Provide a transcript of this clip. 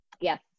Yes